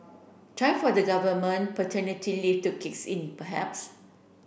time for the government paternity leave to kick in perhaps